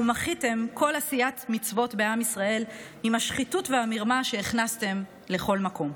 ומחיתם כל עשיית מצוות בעם ישראל עם השחיתות והמרמה שהכנסתם לכל מקום.